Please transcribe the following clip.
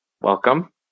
Welcome